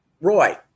Roy